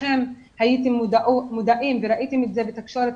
כולכם הייתם מודעים וראיתם את זה בתקשורת,